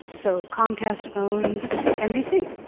so, comcast owns nbc.